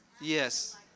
yes